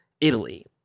Italy